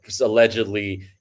allegedly